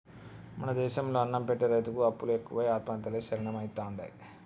మన దేశం లో అన్నం పెట్టె రైతుకు అప్పులు ఎక్కువై ఆత్మహత్యలే శరణ్యమైతాండే